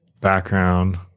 background